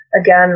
Again